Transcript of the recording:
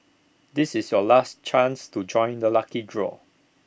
this is your last chance to join the lucky draw